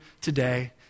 today